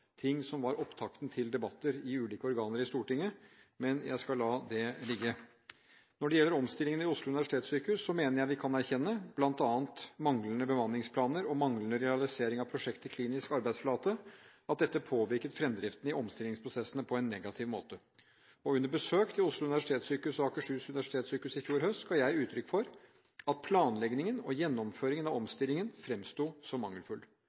ting som var opptakten til debatter i ulike organer i Stortinget, men jeg skal la det ligge. Når det gjelder omstillingene ved Oslo universitetssykehus, mener jeg vi kan erkjenne at bl.a. manglende bemanningsplaner og manglende realisering av prosjektet «klinisk arbeidsflate» påvirket fremdriften i omstillingsprosessene på en negativ måte. Under besøk på Oslo universitetssykehus og Akershus universitetssykehus i fjor høst ga jeg uttrykk for at planleggingen og gjennomføringen av omstillingen fremsto som mangelfull.